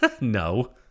No